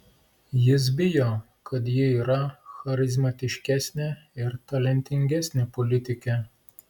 jis bijo kad ji yra charizmatiškesnė ir talentingesnė politikė